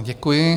Děkuji.